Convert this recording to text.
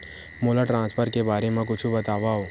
मोला ट्रान्सफर के बारे मा कुछु बतावव?